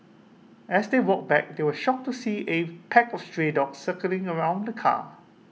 as they walked back they were shocked to see A pack of stray dogs circling around the car